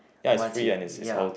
once you ya